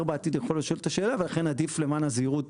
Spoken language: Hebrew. בעתיד יכול לשאול את השאלה ולכן עדיף למען הזהירות